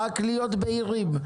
רק להיות בהירים,